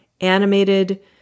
animated